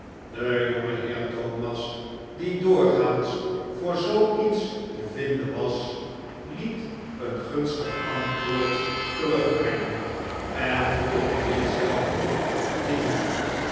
de jongeheer thomas die doorgaans voor zoo iets te vinden was liet een gunstig antwoord terugbrengen en volgde dit zelf op de hielen